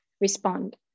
respond